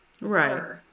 Right